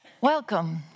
Welcome